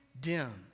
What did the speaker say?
dim